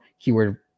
keyword